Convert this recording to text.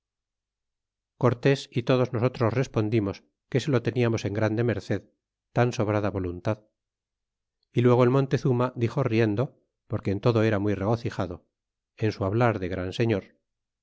cortés é todos nosotros respondimos que se lo teniamos en grande merced tan sobrada voluntad y luego el montezurna dixo riendo porque en todo era muy regocijado en su hablar de gran señor